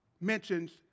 mentions